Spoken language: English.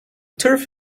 turf